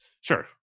sure